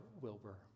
Wilbur